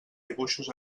dibuixos